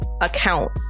account